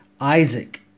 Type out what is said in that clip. Isaac